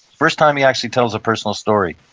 first time he actually tells a personal story.